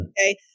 okay